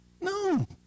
No